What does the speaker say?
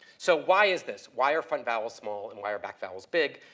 so why is this? why are front vowels small and why are back vowels big?